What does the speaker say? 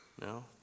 no